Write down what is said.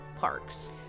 parks